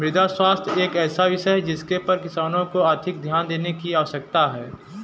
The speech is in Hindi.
मृदा स्वास्थ्य एक ऐसा विषय है जिस पर किसानों को अधिक ध्यान देने की आवश्यकता है